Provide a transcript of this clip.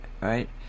right